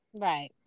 right